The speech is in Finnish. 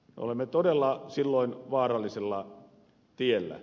olemme todella silloin vaarallisella tiellä